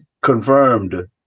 confirmed